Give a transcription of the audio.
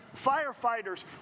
firefighters